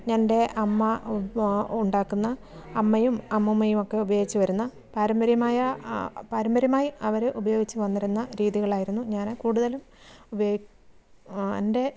എൻ്റെ അമ്മ ഉണ്ടാക്കുന്ന അമ്മയും അമ്മൂമ്മയുമൊക്കെ ഉപയോഗിച്ച് വരുന്ന പാരമ്പര്യമായ പാരമ്പര്യമായി അവർ ഉപയോഗിച്ച് വന്നിരുന്ന രീതികളായിരുന്നു ഞാൻ കൂടുതലും ഉപയോഗിക്കുന്നത് എൻ്റെ